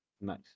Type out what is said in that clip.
Nice